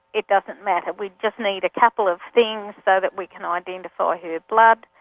it doesn't matter, we just need a couple of things so that we can ah identify her blood,